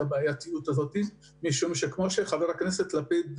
הבעיה מכיוון שכמו שהציג חבר הכנסת לפיד,